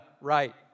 right